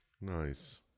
Nice